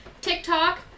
TikTok